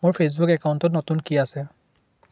মোৰ ফেইচবুক একাউণ্টত নতুন কি আছে